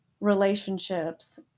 relationships